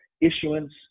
issuance